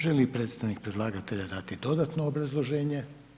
Želi li predstavnik predlagatelja dati dodatno obrazloženje?